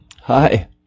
Hi